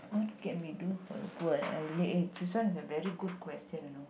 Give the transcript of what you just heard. what can do for the poor and elderly eh this one is a very good question you know